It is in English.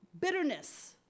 bitterness